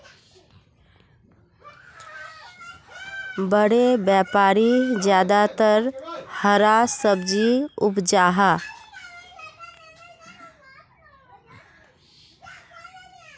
बड़े व्यापारी ज्यादातर हरा सब्जी उपजाहा